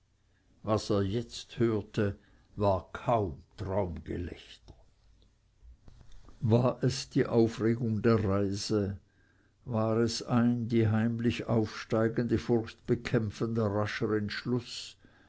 was er jetzt hörte war kein traumgelächter war es die aufregung der reise war es ein die heimlich aufsteigende furcht bekämpfender rascher